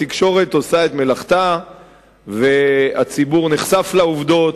התקשורת עושה את מלאכתה והציבור נחשף לעובדות,